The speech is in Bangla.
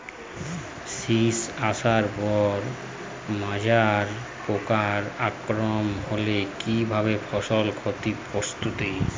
শীষ আসার পর মাজরা পোকার আক্রমণ হলে কী ভাবে ফসল ক্ষতিগ্রস্ত?